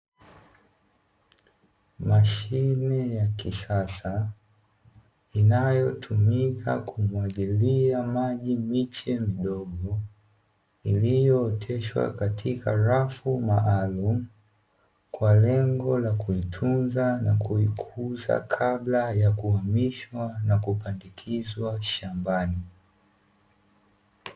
Mashine ya kisasa inayotumika kumwagilia maji miche midogo, iliyooteshwa katika rafu maalumu, kwa lengo la kuitunza na kuikuza kabla ya kuhamishwa na kupandikizwa shambani.